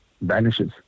vanishes